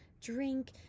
drink